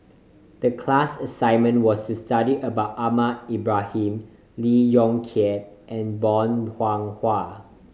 the class assignment was to study about Ahmad Ibrahim Lee Yong Kiat and Bong Hiong Hwa